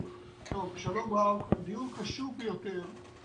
שלום רב, דיון חשוב ביותר.